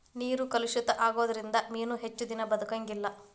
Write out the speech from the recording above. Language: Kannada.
ನೇರ ಕಲುಷಿತ ಆಗುದರಿಂದ ಮೇನು ಹೆಚ್ಚದಿನಾ ಬದಕಂಗಿಲ್ಲಾ